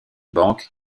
banques